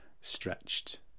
stretched